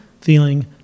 feeling